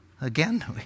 Again